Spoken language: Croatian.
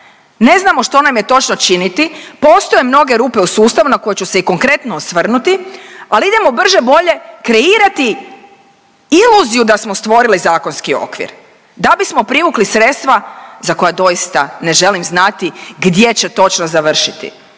ne znamo što nam je točno činiti, postoje mnoge rupe u sustavu na koje ću se i konkretno osvrnuti, ali idemo brže bolje kreirati iluziju da smo stvorili zakonski okvir da bismo privukli sredstva za koja doista ne želim znati gdje će točno završiti.